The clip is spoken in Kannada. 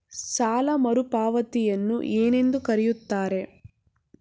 ಸಾಲ ಮರುಪಾವತಿಯನ್ನು ಏನೆಂದು ಕರೆಯುತ್ತಾರೆ?